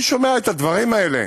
אני שומע את הדברים האלה,